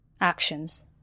actions